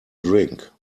drink